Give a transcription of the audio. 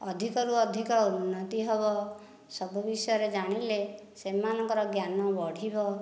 ଅଧିକରୁ ଅଧିକ ଉନ୍ନତି ହେବ ସବୁ ବିଷୟରେ ଜାଣିଲେ ସେମାନଙ୍କର ଜ୍ଞାନ ବଢ଼ିବ